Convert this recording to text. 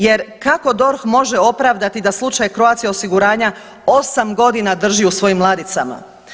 Jer kako DORH može opravdati da slučaj Croatia osiguranja 8 godina drži u svojim ladicama?